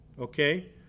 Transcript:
okay